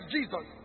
Jesus